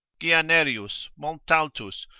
guianerius, montaltus,